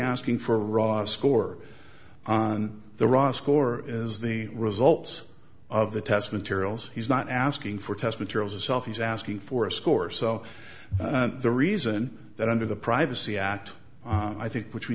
asking for a raw score on the raw score is the results of the test materials he's not asking for test materials itself he's asking for a score so the reason that under the privacy act i think which we